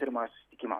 pirmojo susitikimo